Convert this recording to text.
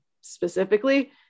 specifically